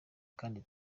kandi